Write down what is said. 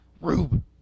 Rube